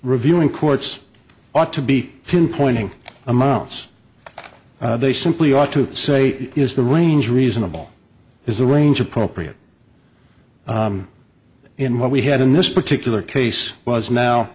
reviewing courts ought to be pinpointing amounts they simply ought to say is the range reasonable is the range appropriate in what we had in this particular case was now